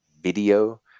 video